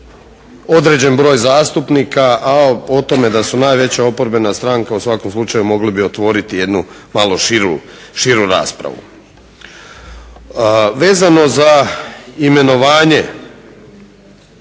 određen broj zastupnika, a o tome da su najveća oporbena stranka u svakom slučaju mogli bi otvoriti jednu malo širu raspravu. Vezano za imenovanje